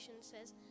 says